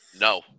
No